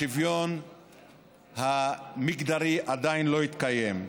השוויון המגדרי עדיין לא התקיים.